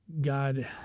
God